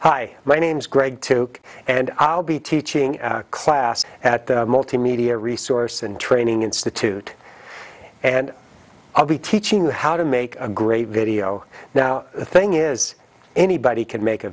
hi my name's gregg too and i'll be teaching class at the multimedia resource and training institute and i'll be teaching you how to make a great video now the thing is anybody can make a